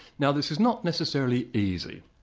now this is not necessarily easy,